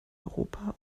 europa